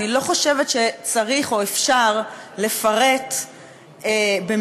אני לא חושבת שצריך או אפשר לפרט במילים